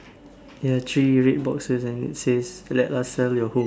there are three red boxes and it says let us sell your home